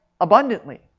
abundantly